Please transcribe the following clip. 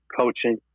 coaching